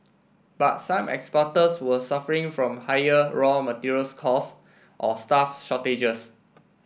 but some exporters were suffering from higher raw materials cost or staff shortages